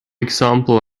example